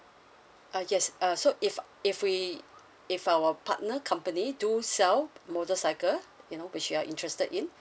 uh yes uh so if if we if our partner company do sell motorcycle you know which you are interested in